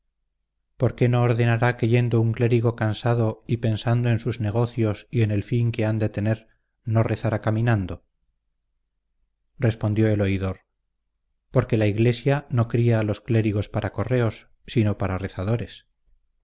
por qué no ordenará que yendo un clérigo cansado y pensando en sus negocios y en el fin que han de tener no rezara caminando respondió el oidor porque la iglesia no cría a los clérigos para correos sino para rezadores